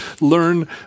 learn